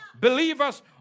believers